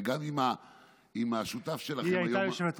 הרי גם עם השותף שלכם היום,